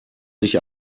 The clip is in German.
sich